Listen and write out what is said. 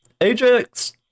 Ajax